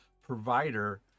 provider